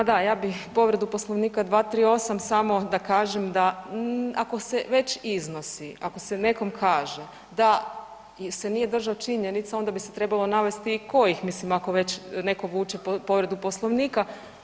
Ma da, ja bih povredu Poslovnika 238. samo da kažem da ako se već iznosi, ako se nekom kaže da se nije držao činjenice onda bi se trebalo navesti i kojih mislim ako već neko vuče povredu Poslovnika.